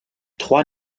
trois